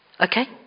Okay